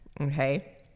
okay